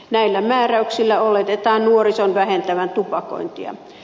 näillä määräyksillä oletetaan nuorison vähentävän tupakointia